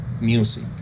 music